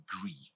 agree